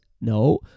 No